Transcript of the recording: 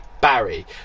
Barry